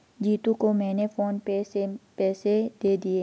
जीतू को मैंने PhonePe से पैसे दे दिए हैं